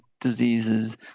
diseases